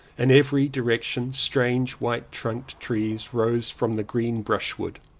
in every direction strange white-trunked trees rose from the green brushwood.